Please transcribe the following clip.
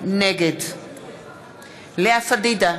נגד לאה פדידה,